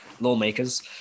lawmakers